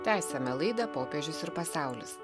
tęsiame laidą popiežius ir pasaulis